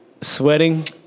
sweating